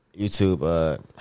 YouTube